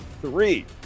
three